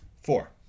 four